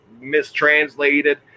mistranslated